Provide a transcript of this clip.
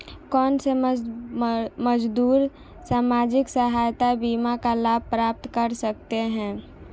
कौनसे मजदूर सामाजिक सहायता बीमा का लाभ प्राप्त कर सकते हैं?